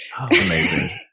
Amazing